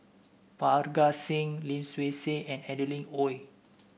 Parga Singh Lim Swee Say and Adeline Ooi